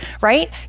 right